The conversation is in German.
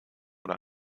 oder